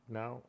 now